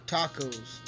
Tacos